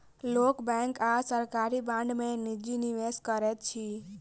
लोक बैंक आ सरकारी बांड में निजी निवेश करैत अछि